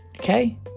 Okay